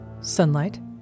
sunlight